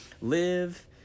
live